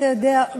אתה יודע.